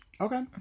okay